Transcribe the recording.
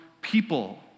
people